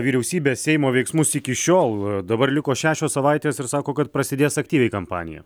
vyriausybės seimo veiksmus iki šiol dar liko šešios savaitės ir sako kad prasidės aktyviai kampanija